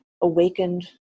awakened